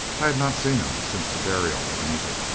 i had not seen him since the burial of anita.